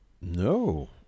No